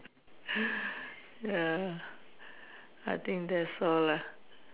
ya I think that's all lah